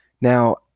Now